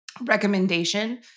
recommendation